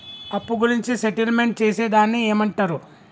అప్పు గురించి సెటిల్మెంట్ చేసేదాన్ని ఏమంటరు?